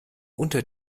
unter